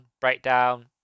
breakdown